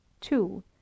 two